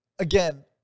Again